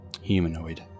humanoid